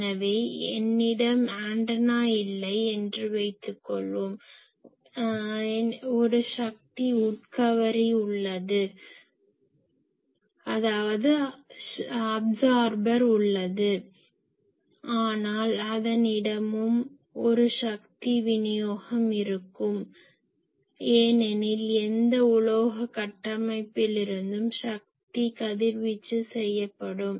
எனவே என்னிடம் ஆண்டனா இல்லை என்று வைத்துக்கொள்வோம் என்னிடம் ஒரு சக்தி உட்கவரி உள்ளது ஆனால் அதனிடமும் ஒரு சக்தி விநியோகம் இருக்கும் ஏனெனில் எந்த உலோக கட்டமைப்பிலிருந்தும் சக்தி கதிர்வீச்சு செய்யப்படும்